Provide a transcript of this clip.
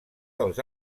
dels